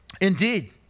Indeed